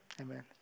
Amen